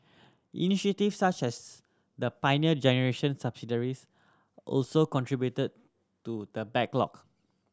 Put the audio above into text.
initiatives such as the Pioneer Generation subsidies also contributed to the backlog